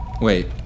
Wait